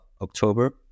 october